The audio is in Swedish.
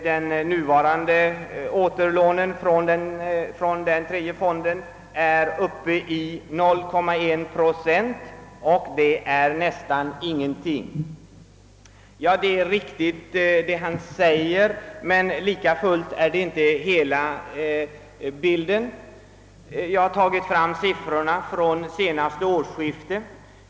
Den nuvarande återlåningen från tredje AP-fonden är uppe i 0,1 procent, och det är nästan ingenting, sade herr Nordgren. Ja, det är riktigt som herr Nordgren säger, men lika fullt är det inte hela sanningen. Jag har tagit fram siffrorna från det senaste årsskiftet.